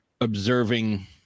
observing